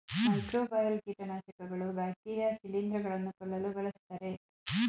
microbial ಕೀಟನಾಶಕಗಳು bacteria ಶಿಲಿಂದ್ರ ಗಳನ್ನು ಕೊಲ್ಲಲು ಬಳ್ಸತ್ತರೆ